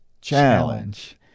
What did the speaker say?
challenge